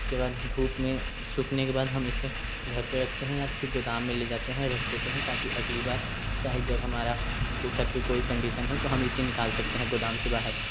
उसके बाद धूप में सूखने के बाद हम इसे घर पे रखते हैं या तो फिर गोदाम में ले जाते हैं राख देते हैं ताकि अगली बार चाहे जब हमारा को घर पर कोई कंडीशन हो तो हम इसे निकाल सकते हैं गोदाम से बाहर